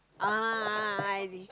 ah ah ah noisy